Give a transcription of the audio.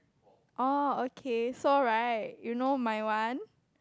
oh okay so right you know my one